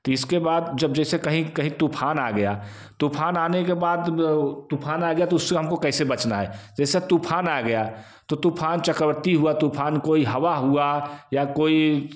ती इसके बाद जब जैसे कहीं कहीं तूफ़ान आ गया तूफ़ान आने के बाद तूफ़ान आ गया तो उससे हम को कैसे बचना है जैसा तूफ़ान आ गया तो तूफ़ान चक्रवर्ती हुआ तूफ़ान कोई हवा हुआ या कोई